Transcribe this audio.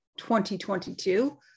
2022